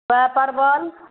वएह परवल